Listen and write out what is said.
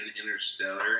Interstellar